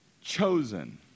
chosen